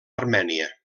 armènia